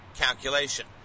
calculation